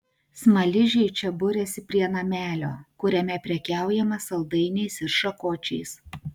smaližiai čia buriasi prie namelio kuriame prekiaujama saldainiais ir šakočiais